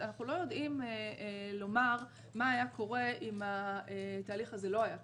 אנחנו לא יודעים לומר מה היה קורה אם התהליך הזה לא היה קורה,